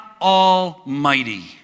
Almighty